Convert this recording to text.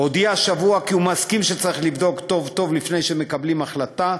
הודיע השבוע כי הוא מסכים שצריך לבדוק טוב-טוב לפני שמקבלים החלטה,